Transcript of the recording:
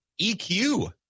EQ